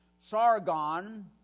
Sargon